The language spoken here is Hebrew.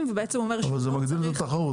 ובעצם אומר שלא צריך --- אבל זה מגדיל את התחרות,